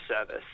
service